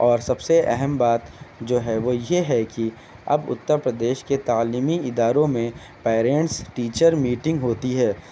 اور سب سے اہم بات جو ہے وہ یہ کہ اب اتر پردیش کے تعلیمی اداروں میں پیرینٹس ٹیچر میٹنگ ہوتی ہے